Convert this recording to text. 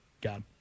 God